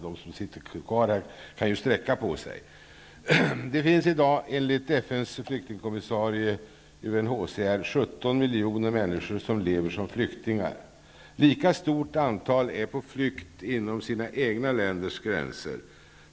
De som sitter kvar här kan sträcka på sig. Det finns i dag enligt FN:s flyktingkomissarie, UNHCR, 17 miljoner människor som lever som flyktingar. Lika stort antal är på flykt inom sina egna länders gränser.